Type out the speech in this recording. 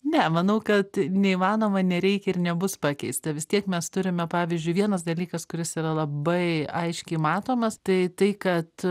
ne manau kad neįmanoma nereikia ir nebus pakeista vis tiek mes turime pavyzdžiui vienas dalykas kuris yra labai aiškiai matomas tai tai kad